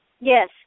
Yes